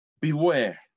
Beware